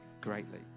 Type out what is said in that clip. greatly